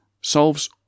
solves